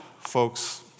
Folks